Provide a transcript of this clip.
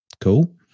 Cool